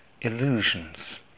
illusions